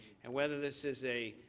and whether this is a